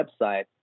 website